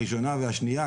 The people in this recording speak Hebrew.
הראשונה והשנייה,